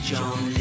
John